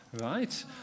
Right